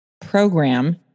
program